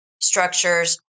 structures